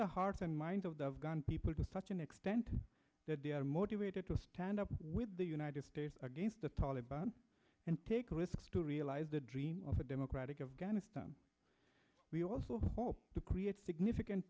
the hearts and minds of the people to such an extent that they are motivated to stand up with the united states against the taliban take risks to realize the dream of a democratic we also hope to create significant